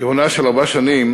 כהונה של ארבע שנים